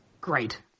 Great